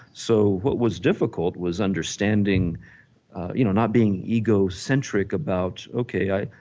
so what was difficult was understanding you know not being egocentric about ok,